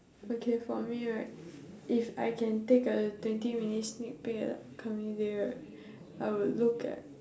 okay for me right if I can take a twenty minute sneak peek at the upcoming day right I will look at